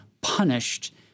punished